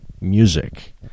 music